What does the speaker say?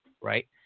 right